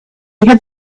had